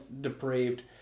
depraved